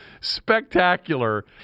spectacular